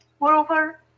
moreover